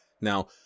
now